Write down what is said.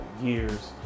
years